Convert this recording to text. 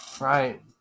Right